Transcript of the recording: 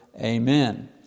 Amen